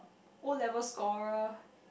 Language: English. O level scorer